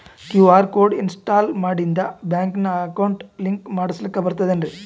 QR code install ಮಾಡಿಂದ ಬ್ಯಾಂಕಿನ account link ಮಾಡಸ್ಲಾಕ ಬರ್ತದೇನ್ರಿ